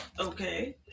Okay